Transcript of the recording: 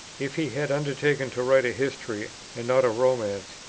if he had undertaken to write a history, and not a romance,